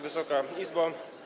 Wysoka Izbo!